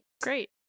Great